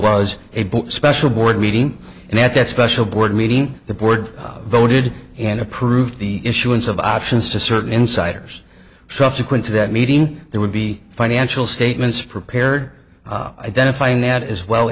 was a special board meeting and at that special board meeting the board voted and approved the issuance of options to certain insiders subsequent to that meeting there would be financial statements prepared identifying that as well